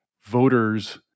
Voters